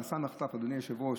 נעשה מחטף, אדוני היושב-ראש.